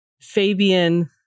Fabian